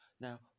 Now